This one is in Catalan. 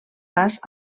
pas